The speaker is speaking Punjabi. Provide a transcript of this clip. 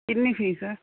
ਕਿੰਨੀ ਫੀਸ ਹੈ